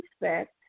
respect